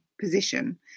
position